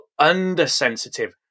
undersensitive